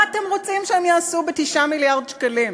מה אתם רוצים שהם יעשו ב-9 מיליארד שקלים?